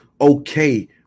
okay